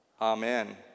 Amen